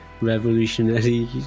revolutionary